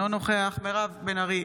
אינו נוכח מירב בן ארי,